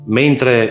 mentre